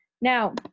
Now